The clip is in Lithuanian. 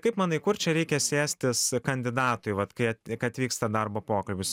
kaip manai kur čia reikia sėstis kandidatui vat kai kad vyksta darbo pokalbis